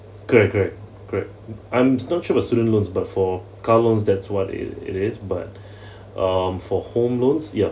correct correct correct I'm not sure about student loans but for car loans that's what it it is but um for home loans ya